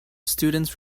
students